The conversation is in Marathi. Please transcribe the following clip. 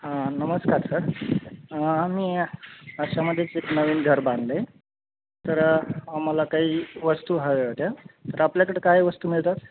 हां नमस्कार सर मी अशामध्येच एक नवीन घर बांधलं आहे तर आम्हाला काही वस्तू हव्या होत्या तर आपल्याकडं काय वस्तू मिळतात